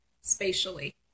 spatially